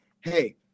hey